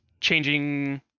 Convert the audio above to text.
changing